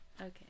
okay